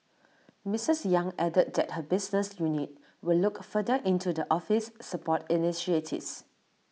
Missus yang added that her business unit will look further into the office's support initiatives